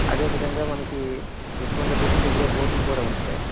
అదే విధంగా మనకి ఋషికొండ బీచ్ దగ్గర బోటింగ్ కూడా ఉంది సార్